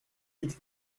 huit